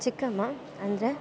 ಚಿಕ್ಕಮ್ಮ ಅಂದರೆ